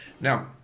Now